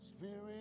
Spirit